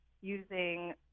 using